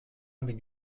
avec